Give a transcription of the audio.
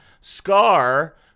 Scar